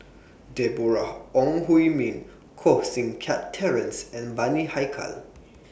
Deborah Ong Hui Min Koh Seng Kiat Terence and Bani Haykal